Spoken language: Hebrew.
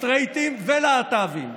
סטרייטים ולהט"בים.